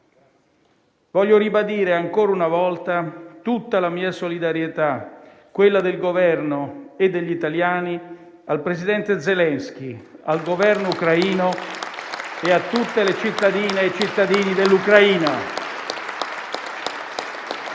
Voglio ribadire ancora una volta tutta la mia solidarietà, quella del Governo e degli italiani al presidente Zelensky, al Governo ucraino e a tutte le cittadine e i cittadini dell'Ucraina.